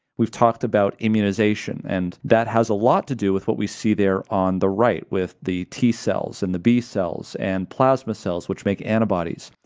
we've talked about immunization and that has a lot to do with what we see there on the right with the t cells and the b cells and plasma cells, which make antibodies,